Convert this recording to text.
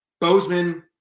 Bozeman